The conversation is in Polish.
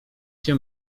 się